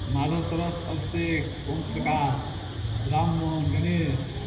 Madhav Saras Abhishek Omprakash Rammohan Ganesh